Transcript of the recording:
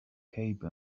cape